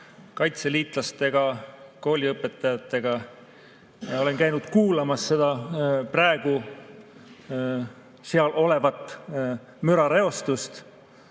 kaitseliitlaste ja kooliõpetajatega. Olen käinud kuulamas seda praegu seal olevat mürareostust,